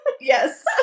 Yes